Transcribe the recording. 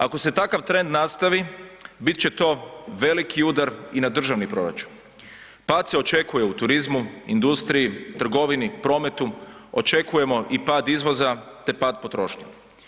Ako se takav trend nastavi bit će to veliki udar i na državni proračun, pad se očekuje u turizmu, industriji, trgovini, prometu, očekujemo i pad izvoza te pad potrošnje.